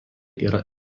yra